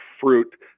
fruit